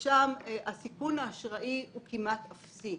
שם סיכון האשראי הוא כמעט אפסי.